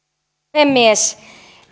puhemies